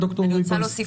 אני רוצה להוסיף